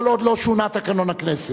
כל עוד לא שונה תקנון הכנסת.